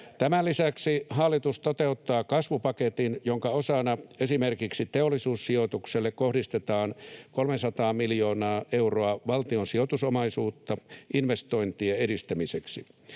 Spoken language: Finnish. Tämän lisäksi hallitus toteuttaa kasvupaketin, jonka osana esimerkiksi Teollisuussijoitukselle kohdistetaan 300 miljoonaa euroa valtion sijoitusomaisuutta investointien edistämiseksi.